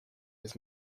his